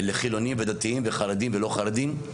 לחילונים ודתיים וחרדים ולא-חרדים,